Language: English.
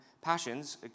passions